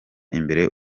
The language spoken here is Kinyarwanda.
imbere